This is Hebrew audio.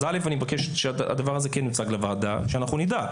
אז אני מבקש שהדבר הזה כן יוצג לוועדה שאנחנו נדע.